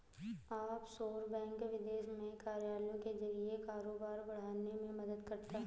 offshore bank विदेश में कार्यालयों के जरिए कारोबार बढ़ाने में मदद करता है